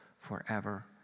forever